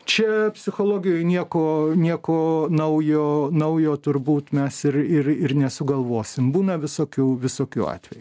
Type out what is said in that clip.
čia psichologijoj nieko nieko naujo naujo turbūt mes ir ir ir nesugalvosim būna visokių visokių atvejų